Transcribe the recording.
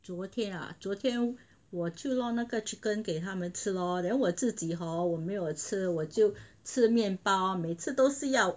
昨天啊昨天我去弄那个 chicken 给他们吃 lor then 我自己 hor 我没有吃我就吃面包每次都是要